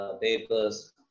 papers